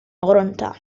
runter